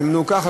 וימנעו ככה,